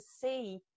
see